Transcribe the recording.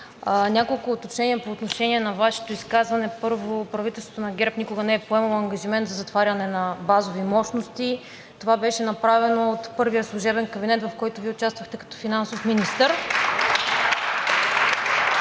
Няколко уточнения по отношение на Вашето изказване. Първо, правителството на ГЕРБ никога не е поемало ангажимент за затваряне на базови мощности, това беше направено от първия служебен кабинет, в който Вие участвахте като финансов министър.